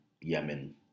Yemen